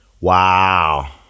Wow